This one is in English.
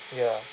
ya